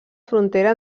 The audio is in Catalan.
frontera